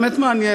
זה באמת מעניין.